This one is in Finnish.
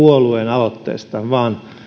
puolueen aloitteesta vaan